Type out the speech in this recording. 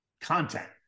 content